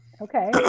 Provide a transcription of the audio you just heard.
Okay